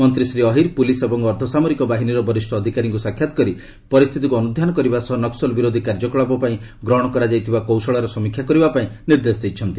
ମନ୍ତ୍ରୀ ଶ୍ରୀ ଅହିର ପୁଲସ୍ ଏବଂ ଅର୍ଦ୍ଧ ସାମରିକ ବାହିନୀର ବରିଷ୍ଣ ଅଧିକାରୀଙ୍କୁ ସାକ୍ଷାତ କରି ପରିସ୍ଥିତିକୁ ଅନୁଧ୍ୟାନ କରିବା ସହ ନକ୍ବଲ ବିରୋଧୀ କାର୍ଯ୍ୟକଳାପ ପାଇଁ ଗ୍ରହଶ କରାଯାଇଥିବା କୌଶଳର ସମୀକ୍ଷା କରିବା ପାଇଁ ନିର୍ଦ୍ଦେଶ ଦେଇଛନ୍ତି